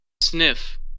sniff